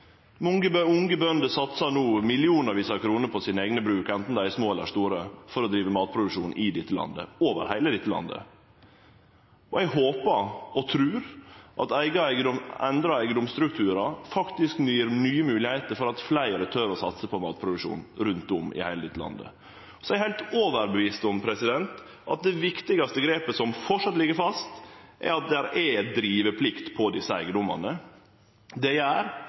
Mange unge bønder satsar no millionar av kroner på sine eigne bruk, anten bruka er små eller store, for å drive matproduksjon over heile landet. Eg håpar og trur at endra eigedomsstrukturar faktisk gjev nye moglegheiter, slik at fleire tør å satse på matproduksjon rundt om i heile landet . Så er eg heilt overtydd om at det viktigaste grepet, som framleis ligg fast, er at det er driveplikt på desse eigedomane. Det gjer